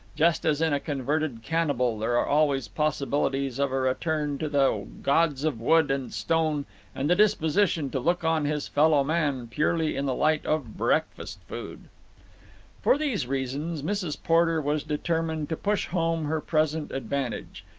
just as in a converted cannibal there are always possibilities of a return to the gods of wood and stone and the disposition to look on his fellow-man purely in the light of breakfast-food. for these reasons mrs. porter was determined to push home her present advantage,